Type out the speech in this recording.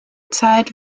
zeit